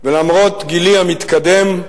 ולמרות גילי המתקדם,